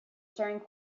staring